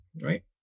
right